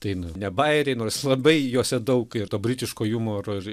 tai nu ne bajeriai nors labai juose daug ir to britiško jumoro ir